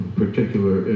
particular